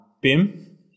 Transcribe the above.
Bim